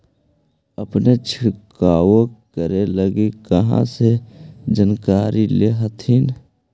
अपने छीरकाऔ करे लगी कहा से जानकारीया ले हखिन?